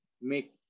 make